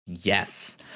Yes